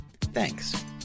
Thanks